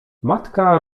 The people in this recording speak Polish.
matka